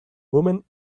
woman